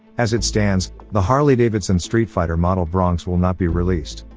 as it stands, the harley-davidson streetfighter model bronx will not be released.